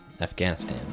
Afghanistan